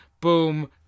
boom